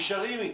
נשארים איתו.